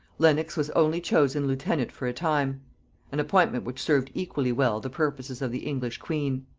lenox was only chosen lieutenant for a time an appointment which served equally well the purposes of the english queen.